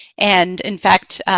and in fact,